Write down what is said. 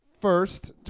first